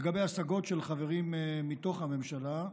לגבי השגות של חברים מתוך הממשלה,